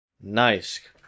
Nice